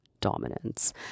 dominance